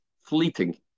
fleeting